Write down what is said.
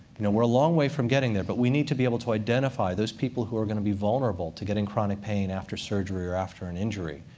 you know we're a long way from getting there, but we need to be able to identify those people who are going to be vulnerable to getting chronic pain after surgery or after an injury,